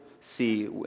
see